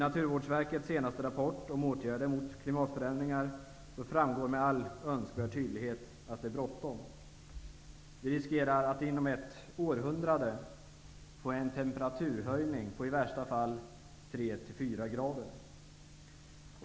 I Naturvårdsverkets senast rapport om åtgärder mot klimatförändringar framgår det med all önskvärd tydlighet att det är bråttom. Vi riskerar att inom ett århundrade få en temperaturhöjning på i värsta fall 3--4 grader.